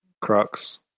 Crux